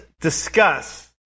discuss